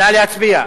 נא להצביע.